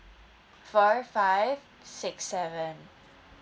four five six seven